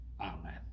Amen